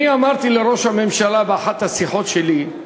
אני אמרתי לראש הממשלה באחת השיחות שלנו,